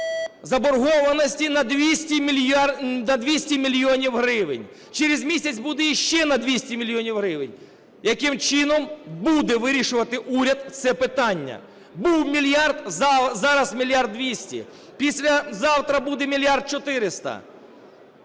заборгованості на 200 мільйонів гривень, через місяць буде ще на 200 мільйонів гривень. Яким чином буде вирішувати уряд це питання? Був 1 мільярд, зараз 1 мільярд 200, післязавтра буде 1 мільярд 400.